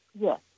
Yes